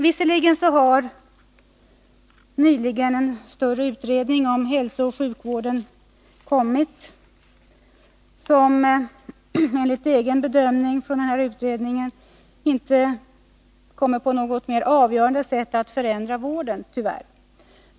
Visserligen har det nyligen kommit en större utredning om hälsooch sjukvården, men enligt utredningens egen bedömning kommer den ej att på något mer avgörande sätt förändra vården — tyvärr.